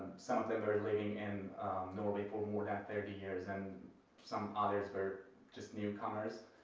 some of them are living in norway for more than thirty years, and some others were just newcomers.